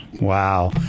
Wow